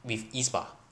with ease bah